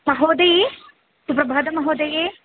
महोदये सुप्रभातं महोदये